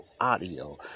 audio